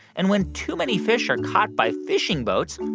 and when too many fish are caught by fishing boats,